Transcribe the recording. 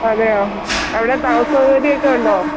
അതെയോ അവിടെ താമസ സൗകര്യമൊക്കെ ഉണ്ടോ